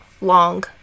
long